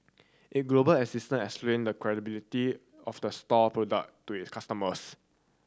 it global existence explain the credibility of the store product to it customers